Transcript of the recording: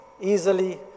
Easily